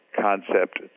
concept